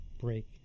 break